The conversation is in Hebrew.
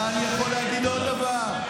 ואני יכול להגיד עוד דבר.